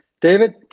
David